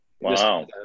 Wow